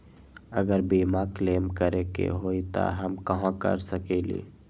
अगर बीमा क्लेम करे के होई त हम कहा कर सकेली?